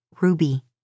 Ruby